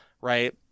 Right